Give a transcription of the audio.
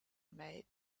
made